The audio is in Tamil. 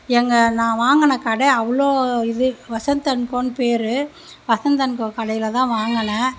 எங்கே நான் வாங்கின கடை அவ்வளோ இது வசந்த் அண்ட் கோனு பேர் வசந்த் அண்ட் கோ கடையில் தான் வாங்கினேன்